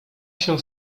się